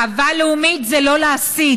גאווה לאומית זה לא להסית,